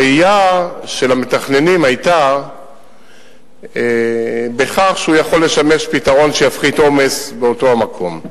הראייה של המתכננים היתה שהוא יכול לשמש פתרון שיפחית עומס באותו המקום.